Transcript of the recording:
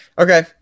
Okay